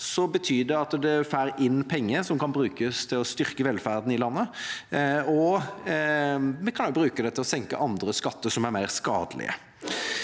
betyr det at en får inn penger som kan brukes til å styrke velferden i landet, og en kan også bruke dem til å senke andre skatter som er mer skadelige.